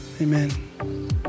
Amen